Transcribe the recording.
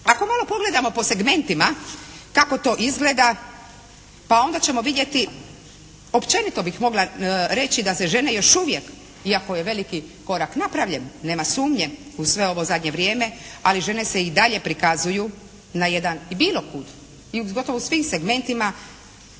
Ako malo pogledamo po segmentima kako to izgleda pa onda ćemo vidjeti općenito bih mogla reći da se žene još uvijek iako je veliki korak napravljen, nema sumnje uz sve ovo u zadnje vrijeme, ali žene se i dalje prikazuju na jedan, bilo kud i u gotovo svim segmentima